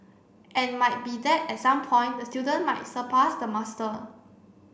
and might be that at some point the student might surpass the master